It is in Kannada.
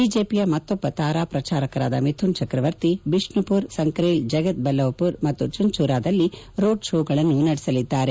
ಬಿಜೆಪಿಯ ಮತ್ತೊಬ್ಬ ತಾರಾ ಪ್ರಚಾರಕರಾದ ಮಿಥುನ್ ಚಕ್ರವರ್ತಿ ಬಿಷ್ಣುಪುರ್ ಸಂಕ್ರೇಲ್ ಜಗತ್ ಬಲ್ಲವಪುರ್ ಮತ್ತು ಚುನ್ಚುರಾದಲ್ಲಿ ರೋಡ್ ಶೋಗಳನ್ನು ನಡೆಸಲಿದ್ದಾರೆ